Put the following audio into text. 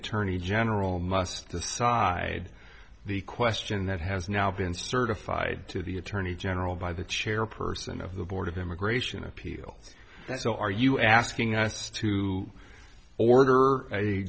attorney general must decide the question that has now been certified to the attorney general by the chairperson of the board of immigration appeals that so are you asking us to order a